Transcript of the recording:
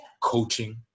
coaching